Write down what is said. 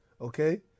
okay